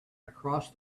across